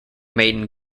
maiden